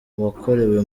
wakorewe